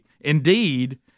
Indeed